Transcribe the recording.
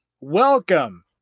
Welcome